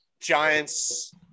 Giants